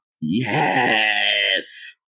Yes